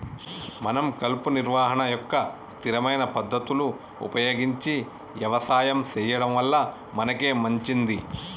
మనం కలుపు నిర్వహణ యొక్క స్థిరమైన పద్ధతులు ఉపయోగించి యవసాయం సెయ్యడం వల్ల మనకే మంచింది